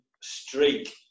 streak